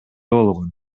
болгон